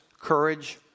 courage